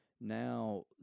Now